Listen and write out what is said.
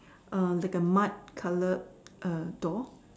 err like a mud colored err door